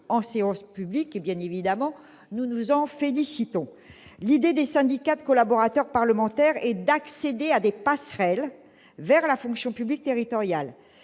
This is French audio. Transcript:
en séance publique. Nous nous en félicitons. L'idée des syndicats de collaborateurs parlementaires est d'accéder à des passerelles vers la fonction publique territoriale.